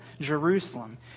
Jerusalem